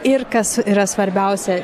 ir kas yra svarbiausia